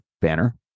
banner